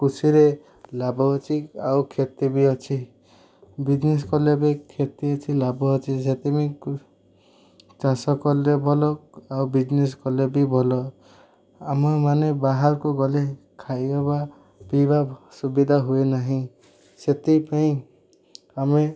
କୃଷିରେ ଲାଭ ଅଛି ଆଉ କ୍ଷତି ବି ଅଛି ବିଜନେସ୍ କଲେ ବି କ୍ଷତି ଅଛି ଲାଭ ଅଛି ସେଥିପାଇଁ ଚାଷ କଲେ ଭଲ ଆଉ ବିଜନେସ୍ କଲେ ବି ଭଲ ଆମ ମାନେ ବାହାରକୁ ଗଲେ ଖାଇବାବା ପିଇବା ସୁବିଧା ହୁଏ ନାହିଁ ସେଥିପାଇଁ ଆମେ